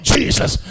Jesus